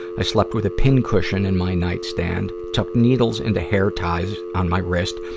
i slept with a pincushion in my nightstand, tuck needles into hair ties on my wrist,